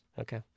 Okay